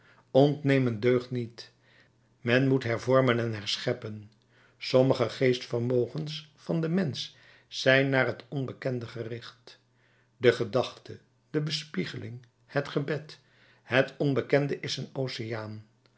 ontnemen deugt niet men moet hervormen en herscheppen sommige geestvermogens van den mensch zijn naar het onbekende gericht de gedachte de bespiegeling het gebed het onbekende is een oceaan